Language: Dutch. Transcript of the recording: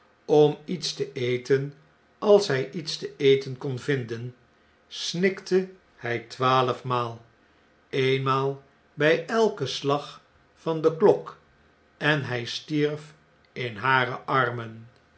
om iets te eten als hy iets te eten kon vinden snikte hij twaalfmaal eenmaal by elken slag van de klok en hjj stierf in hare armen